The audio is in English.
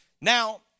Now